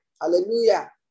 Hallelujah